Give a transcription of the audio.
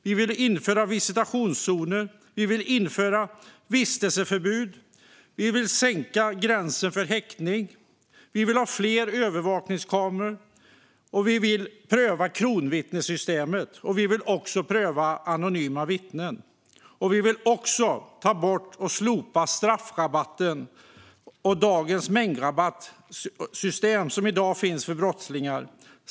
Vi vill införa visitationszoner. Vi vill införa vistelseförbud. Vi vill sänka gränsen för häktning. Vi vill ha fler övervakningskameror. Vi vill pröva kronvittnessystemet. Vi vill pröva anonyma vittnen. Vi vill slopa straffrabatten och det mängdrabattssystem som i dag finns för brottslingar.